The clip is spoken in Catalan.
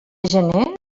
gener